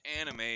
anime